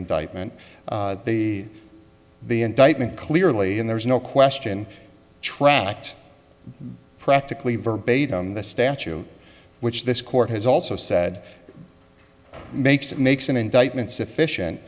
indictment the indictment clearly and there's no question tracked practically verbatim the statue which this court has also said makes it makes an indictment sufficient